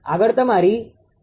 આગળ તમારી 𝑉2ની ગણતરી છે